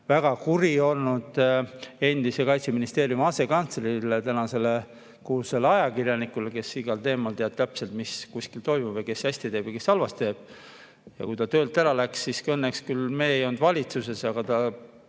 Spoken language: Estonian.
väga kuri olnud endise Kaitseministeeriumi asekantsleri, tänase ajakirjaniku peale, kes igal teemal teab täpselt, mis kuskil toimub ja kes hästi teeb ja kes halvasti teeb. Kui ta töölt ära läks, siis õnneks küll meie ei olnud valitsuses, aga ta